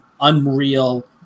unreal